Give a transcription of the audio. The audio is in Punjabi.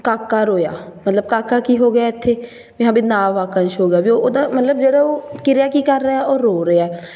ਕਾਕਾ ਰੋਇਆ ਮਤਲਬ ਕਾਕਾ ਕੀ ਹੋ ਗਿਆ ਇੱਥੇ ਵੀ ਹਾਂ ਵੀ ਨਾਂਵ ਵਾਕੰਸ਼ ਹੋ ਗਿਆ ਵੀ ਉਹ ਉਹਦਾ ਮਤਲਬ ਜਿਹੜਾ ਉਹ ਕਿਰਿਆ ਕੀ ਕਰ ਰਿਹਾ ਉਹ ਰੋ ਰਿਹਾ